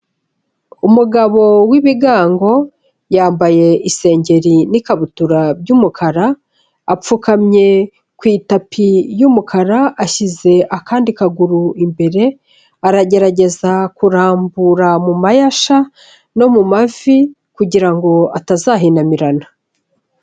Umugabo w'ibigango, yambaye isengeri n'ikabutura by'umukara, apfukamye ku itapi y'umukara, ashyize akandi kaguru imbere, aragerageza kurambura mu mayasha no mu mavi kugira ngo atazahinamirana.